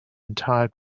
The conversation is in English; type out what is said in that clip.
entire